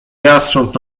jastrząb